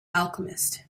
alchemist